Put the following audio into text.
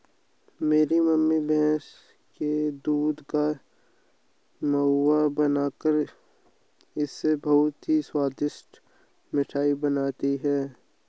मेरी मम्मी भैंस के दूध का मावा बनाकर इससे बहुत ही स्वादिष्ट मिठाई बनाती हैं